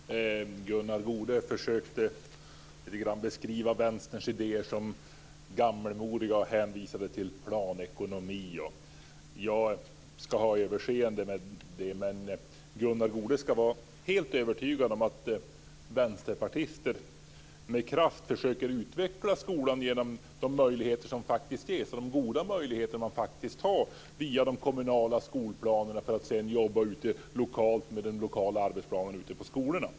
Herr talman! Gunnar Goude försökte att beskriva Vänsterns idéer som gammalmodiga, och han hänvisade till planekonomi. Jag ska ha överseende med det, men Gunnar Goude ska vara helt övertygad om att vi vänsterpartister med kraft försöker att utveckla skolan genom de goda möjligheter som faktiskt ges via de kommunala skolplanerna och de lokala arbetsplanerna ute på skolorna.